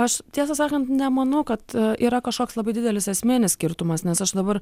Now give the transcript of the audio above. aš tiesą sakant nemanau kad yra kažkoks labai didelis esminis skirtumas nes aš dabar